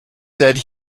said